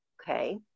Okay